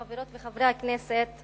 חברות וחברי הכנסת,